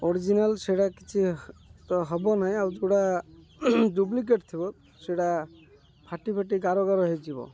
original ସେଇଟା କିଛି ତ ହବ ନାହିଁ ଆଉ ଯୋଉଡ଼ା ଡୁପ୍ଲିକେଟ୍ ଥିବ ସେଇଟା ଫାଟି ଫାଟି ଗାରଗାର ହେଇଯିବ